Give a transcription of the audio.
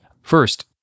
First